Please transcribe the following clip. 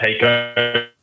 takeover